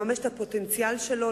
לממש את הפוטנציאל שלו,